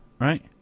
Right